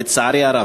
לצערי הרב.